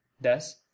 thus